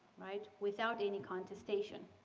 right, without any contestation.